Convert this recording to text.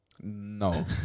No